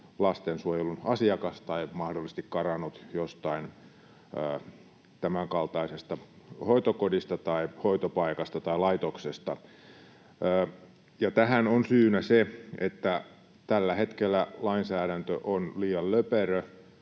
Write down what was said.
lastensuojelun asiakas tai mahdollisesti karannut jostain tämänkaltaisesta hoitokodista tai hoitopaikasta tai laitoksesta. Tähän on syynä se, että tällä hetkellä lainsäädäntö on liian löperö,